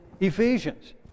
Ephesians